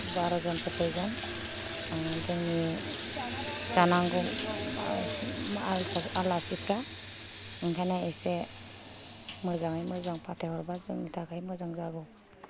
बा र' जनसो फैगोन जोंनि जानांगौ आलासिफ्रा ओंखायनो एसे मोजाङै मोजां फाथाय हरबा जोंनि थाखाय मोजां जागौ